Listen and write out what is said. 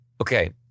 okay